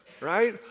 right